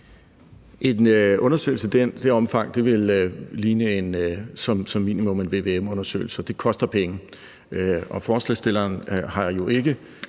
En undersøgelse af det omfang vil som minimum ligne en vvm-undersøgelse, og det koster penge. Og forslagsstilleren har jo ikke